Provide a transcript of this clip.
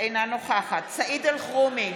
אינה נוכחת סעיד אלחרומי,